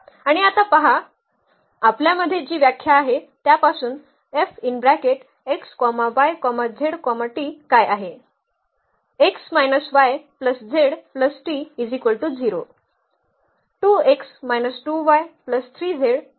आणि आता पहा आपल्यामधे जी व्याख्या आहे त्यापासून काय आहे